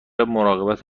مراقبت